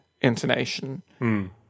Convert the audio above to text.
intonation